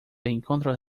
encuentros